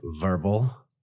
verbal